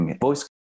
voice